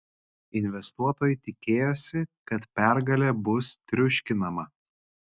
investuotojai tikėjosi kad pergalė bus triuškinama